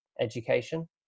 education